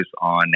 on